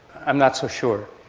i'm not so sure.